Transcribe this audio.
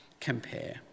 compare